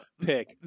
pick